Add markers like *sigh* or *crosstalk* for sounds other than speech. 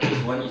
*coughs*